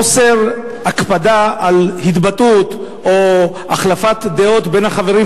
בחוסר ההקפדה על התבטאות או החלפת דעות בין החברים,